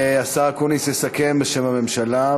השר אקוניס יסכם בשם הממשלה.